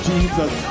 Jesus